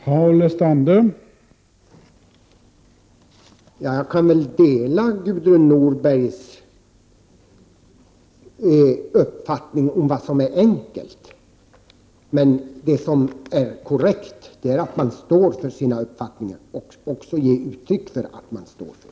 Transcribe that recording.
Herr talman! Jag kan dela Gudrun Norbergs uppfattning om vad som är enkelt, men vad som är korrekt är att man står för sin uppfattning och även ger uttryck för att man står för den.